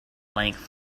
length